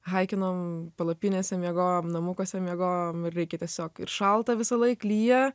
haikinom palapinėse miegojom namukuose miegojom ir reikia tiesiog ir šalta visąlaik lyja